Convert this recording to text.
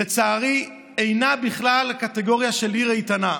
לצערי אינה בכלל בקטגוריה של עיר איתנה.